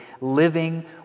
living